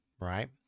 right